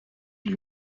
dut